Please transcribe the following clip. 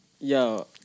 Yo